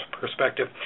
perspective